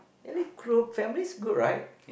at least group family group right